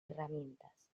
herramientas